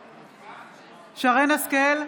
נגד שרן מרים השכל,